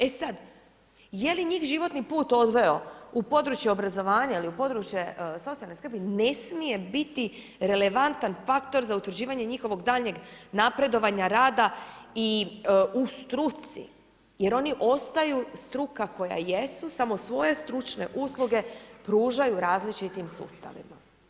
E sad, je li njih životni put odveo u područje obrazovanja ili područje socijalne skrbi, ne smije biti relevantan faktor za utvrđivanje njihovog daljnjeg napredovanja, rada u struci, jer oni ostaju struka koja jesu, samo svoje stručne usluge pružaju različitim sustavima.